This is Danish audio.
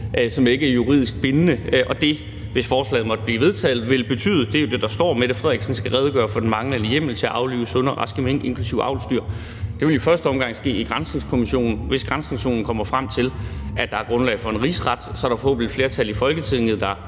som ikke er juridisk bindende, og det vil, hvis forslaget måtte blive vedtaget, betyde det, der står, altså at »Mette Frederiksen skal redegøre for den manglende hjemmel til at aflive sunde og raske mink, inklusive avlsdyr«. Det vil i første omgang ske i granskningskommissionen. Hvis granskningskommissionen kommer frem til, at der er grundlag for en rigsret, så er der forhåbentlig et flertal i Folketinget, der